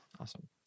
Awesome